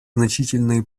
значительную